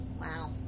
Wow